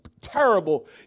terrible